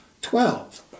Twelve